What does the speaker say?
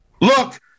Look